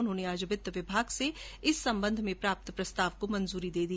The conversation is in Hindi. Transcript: उन्होंने आज वित्त विभाग से इस संबंध में प्राप्त प्रस्ताव को मंजूरी दी